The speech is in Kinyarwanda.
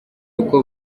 uko